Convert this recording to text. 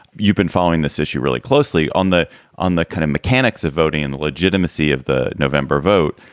you've been following this issue really closely. on the on the kind of mechanics of voting and the legitimacy of the november vote.